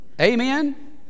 Amen